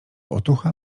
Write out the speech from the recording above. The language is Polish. otucha